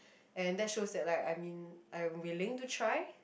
and that shows that like I mean I will willing to try